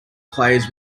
players